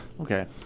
Okay